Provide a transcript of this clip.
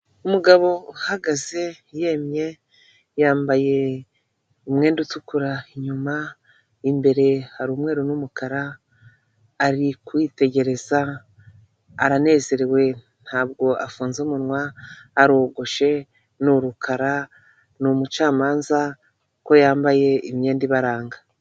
Umugabo uhagaze yemye, yambaye umwenda utukura inyuma, imbere hari umweru n'umukara, ari kwitegereza, aranezerewe, ntabwo afunze umunwa, arogoshe, ni rukara, ni umucamanza ko yambaye imyenda ibaranga.